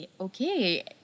okay